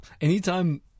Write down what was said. Anytime